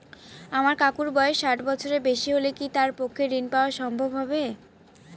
আমার কাকুর বয়স ষাট বছরের বেশি হলে কি তার পক্ষে ঋণ পাওয়া সম্ভব হবে?